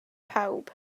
pawb